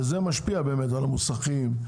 וזה משפיע על המוסכים,